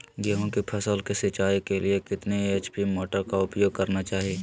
गेंहू की फसल के सिंचाई के लिए कितने एच.पी मोटर का उपयोग करना चाहिए?